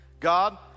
God